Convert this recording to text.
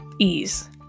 ease